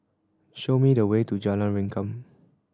show me the way to Jalan Rengkam